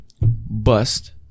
Bust